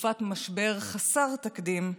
בתקופת משבר חסר תקדים,